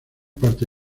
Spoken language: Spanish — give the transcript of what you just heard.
parte